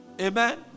Amen